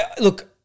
look